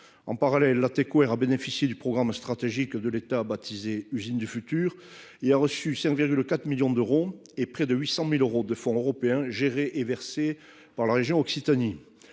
En parallèle, Latécoère a bénéficié du programme stratégique de l'État baptisé « Usine du futur », recevant à ce titre 5,4 millions d'euros, ainsi que près de 800 000 euros de fonds européens gérés et versés par la région Occitanie.